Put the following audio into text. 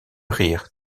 rire